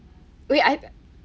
wait I've